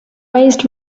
raised